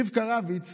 רבקה רביץ